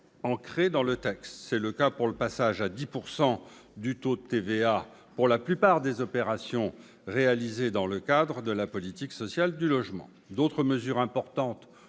ancrées dans le texte : c'est le cas du relèvement du taux de TVA à 10 % pour la plupart des opérations réalisées dans le cadre de la politique sociale du logement. D'autres mesures importantes